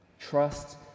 trust